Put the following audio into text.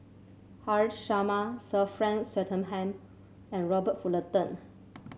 Haresh Sharma Sir Frank Swettenham and Robert Fullerton